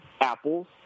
Apple's